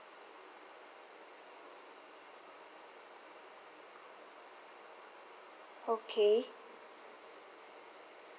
okay